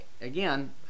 again